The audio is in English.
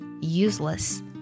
useless